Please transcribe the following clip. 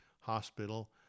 hospital